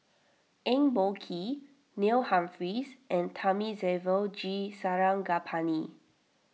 Eng Boh Kee Neil Humphreys and Thamizhavel G Sarangapani